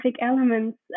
elements